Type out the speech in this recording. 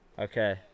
Okay